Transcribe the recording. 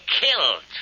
killed